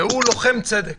הוא לוחם צדק.